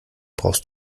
brauchst